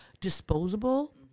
disposable